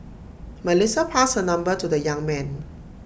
Melissa passed her number to the young man